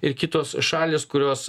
ir kitos šalys kurios